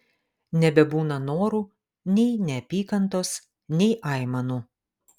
nebebūna norų nei neapykantos nei aimanų